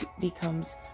becomes